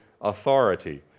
authority